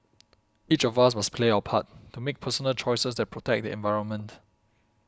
each of us must play our part to make personal choices that protect the environment